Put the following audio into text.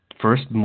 First